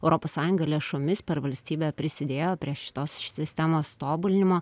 europos sąjunga lėšomis per valstybę prisidėjo prie šitos sistemos tobulinimo